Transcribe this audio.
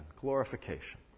Glorification